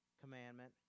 commandment